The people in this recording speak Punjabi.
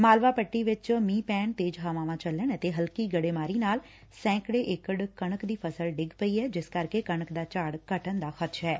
ਮਾਲਵਾ ਪੱਟੀ ਵਿਚ ਮੀਂਹ ਪੈਣ ਤੇਜ਼ ਹਵਾਵਾਂ ਚੱਲਣ ਅਤੇ ਹਲਕੀ ਗੜੇਮਾਰੀ ਨਾਲ ਸੈਂਕੜੇ ਏਕੜ ਕਣਕ ਦੀ ਫਸਲ ਡਿੱਗ ਪਈ ਏ ਜਿਸ ਕਰਕੇ ਕਣਕ ਦਾ ਝਾੜ ਘੱਟਣ ਦਾ ਖਦਸ਼ਾ ਏ